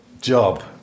job